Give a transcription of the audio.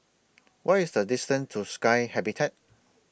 What IS The distance to Sky Habitat